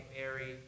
Mary